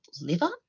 liver